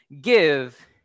give